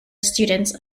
students